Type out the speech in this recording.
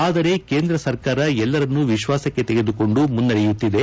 ಆದರೆ ಕೇಂದ್ರ ಸರ್ಕಾರ ಎಲ್ಲರನ್ನು ವಿಶ್ವಾಸಕ್ಕೆ ತೆಗೆದುಕೊಂಡು ಮುನ್ನಡೆಯುತ್ತಿದೆ